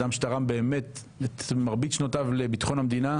אדם שתרם באמת את מרבית שנותיו לביטחון המדינה,